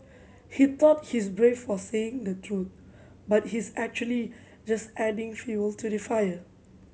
he thought he's brave for saying the truth but he's actually just adding fuel to the fire